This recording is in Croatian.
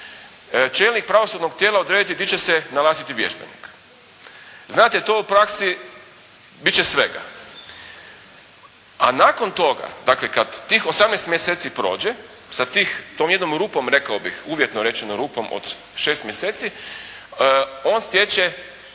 čelnik pravosudnog tijela odrediti gdje će se nalaziti vježbenik. Znate to u praksi bit će svega. A nakon toga, dakle kad tih 18 mjeseci prođe za tih, tom jednom rupom rekao bih, uvjetno rečeno rupom od 6 mjeseci on stječe